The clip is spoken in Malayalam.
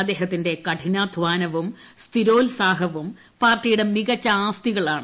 അദ്ദേഹത്തിന്റെ കഠിനാദ്ധാനവും സ്ഥിരോത്സാഹവും പാർട്ടിയുടെ മികച്ച ആസ്തികളാണ്